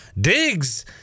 Diggs